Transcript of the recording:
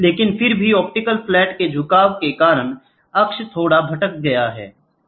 लेकिन फिर भी ऑप्टिकल फ्लैट के झुकाव के कारण अक्ष थोड़ा भटक गया है